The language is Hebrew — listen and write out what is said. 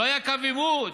לא היה קו עימות?